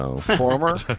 Former